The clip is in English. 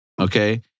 okay